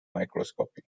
microscopy